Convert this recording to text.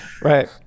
Right